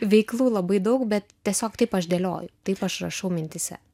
veiklų labai daug bet tiesiog taip aš dėlioju taip aš rašau mintyse